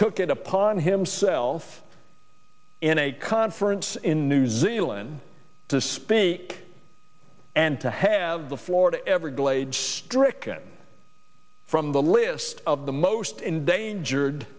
took it upon himself in a conference in new zealand to speak and to have the florida everglades stricken from the list of the most